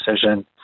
decision